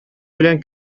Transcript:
белән